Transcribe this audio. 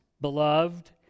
beloved